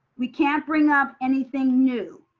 we can't bring up anything new.